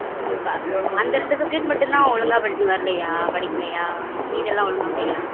ம் ப அந்த ரெண்டு சப்ஜட் மட்டும்தான் ஒழுங்காக படிக்க வரலயா படிக்கலையா மீதியெல்லாம் ஒழுங்காக படிக்கிறானா